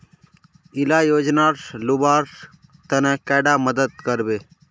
इला योजनार लुबार तने कैडा मदद करबे?